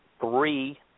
three